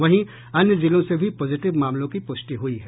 वहीं अन्य जिलों से भी पॉजिटिव मामलों की प्रष्टि हुई है